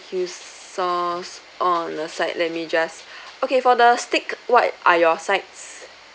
sauce on the side let me just okay for the steak what are your sides